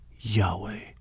Yahweh